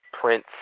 Prince